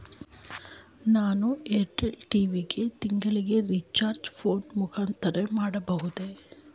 ನಾನು Airtel TV ಗೆ ತಿಂಗಳ ರಿಚಾರ್ಜ್ ಫೋನ್ ಮುಖಾಂತರ ಮಾಡಬಹುದೇ?